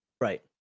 Right